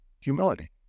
Humility